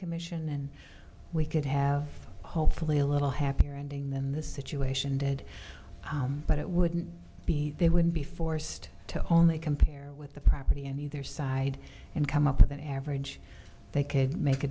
commission and we could have hopefully a little happier ending than the situation did but it wouldn't be they would be forced to only compare with the property and either side and come up with an average they could make a